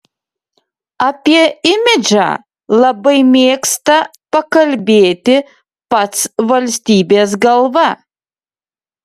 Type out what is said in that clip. apie imidžą labai mėgsta pakalbėti pats valstybės galva